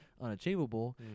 unachievable